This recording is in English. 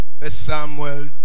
Samuel